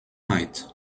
night